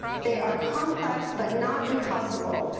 they are complex but not impossible,